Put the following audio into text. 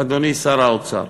אדוני שר האוצר,